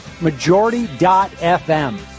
Majority.fm